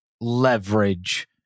leverage